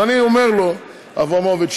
אז אני אומר לו: אברמוביץ,